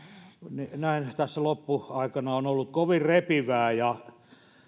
kun tässä loppuaikana on ollut kovin repivää ja